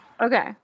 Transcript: Okay